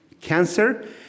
cancer